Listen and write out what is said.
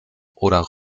oder